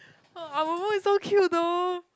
our voice is so cute though